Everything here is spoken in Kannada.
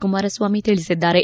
ಕುಮಾರಸ್ವಾಮಿ ತಿಳಿಸಿದ್ದಾರೆ